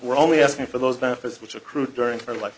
we're only asking for those benefits which accrued during her li